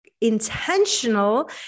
intentional